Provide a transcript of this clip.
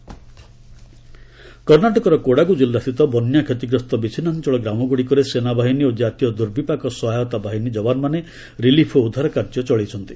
Karnataka food କର୍ଷ୍ଣାଟକର କୋଡାଗୁ ଜିଲ୍ଲାସ୍ଥିତ ବନ୍ୟା କ୍ଷତିଗ୍ରସ୍ତ ବିଚ୍ଛିନ୍ନାଞ୍ଚଳ ଗ୍ରାମଗୁଡ଼ିକରେ ସେନାବାହିନୀ ଓ ଜାତୀୟ ଦୁର୍ବିପାକ ସହାୟତାବାହିନୀ ଜବାନମାନେ ରିଲିଫ ଓ ଉଦ୍ଧାରକାର୍ଯ୍ୟ ଚଳେଇଛନ୍ତି